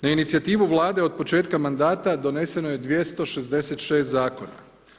Na inicijativu Vlade od početka mandata doneseno je 266 zakona.